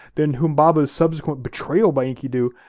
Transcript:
then humbaba's subsequent betrayal by enkidu,